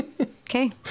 Okay